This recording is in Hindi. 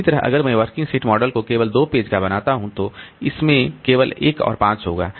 इसी तरह अगर मैं वर्किंग सेट मॉडल को केवल 2 पेज का बनाता हूं तो इसमें केवल 1 और 5 होगा